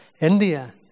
India